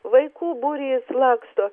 vaikų būrys laksto